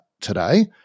today